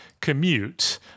commute